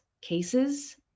cases